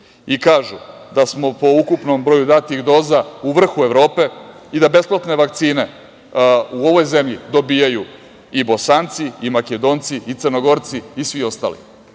I kažu da smo po ukupnom broju datih doza u vrhu Evrope i da besplatne vakcine u ovoj zemlji dobijaju i Bosanci i Makedonci i Crnogorci i svi ostali.